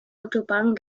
autobahn